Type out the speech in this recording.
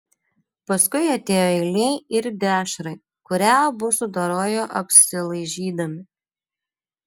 paskui atėjo eilė ir dešrai kurią abu sudorojo apsilaižydami